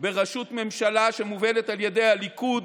בראשות ממשלה שמובלת על ידי הליכוד,